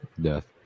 Death